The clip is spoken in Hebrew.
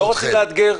לא, לא רוצים לאתגר.